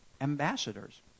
ambassadors